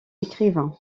écrivain